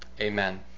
Amen